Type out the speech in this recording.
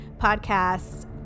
podcasts